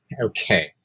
okay